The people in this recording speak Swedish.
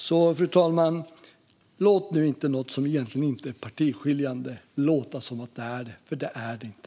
Så, fru talman, låt nu inte något som egentligen inte är partiskiljande låta som att det är det, för det är det inte!